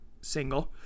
Single